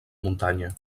muntanya